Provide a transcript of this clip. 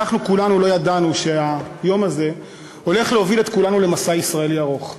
אנחנו כולנו לא ידענו שהיום הזה הולך להוביל את כולנו למסע ישראלי ארוך,